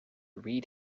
read